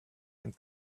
and